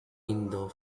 indoor